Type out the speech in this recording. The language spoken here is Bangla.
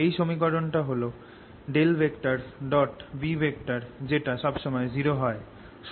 এই সমীকরণ টা হল B যেটা সব সময়ে 0 হয়